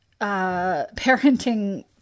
parenting